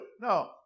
No